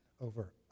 over